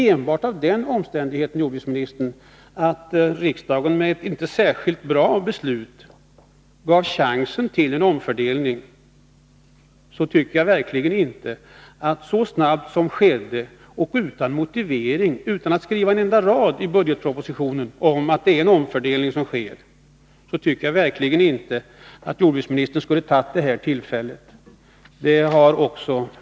Enbart den omständigheten, jordbruksministern, att riksdagen med ett inte särskilt bra beslut gav chansen till en omfördelning tycker jag verkligen inte motiverar att jordbruksministern använt sig av detta tillfälle så snabbt som skett — och utan att skriva en enda motiverande rad i budgetpropositionen om att det är en omfördelning som sker.